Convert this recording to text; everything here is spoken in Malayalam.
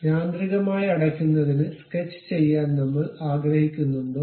യാന്ത്രികമായി അടയ്ക്കുന്നതിന് സ്കെച്ച് ചെയ്യാൻ നമ്മൾ ആഗ്രഹിക്കുന്നുണ്ടോ